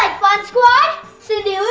fun squad? cindy